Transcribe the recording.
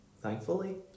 Thankfully